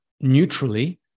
neutrally